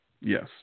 Yes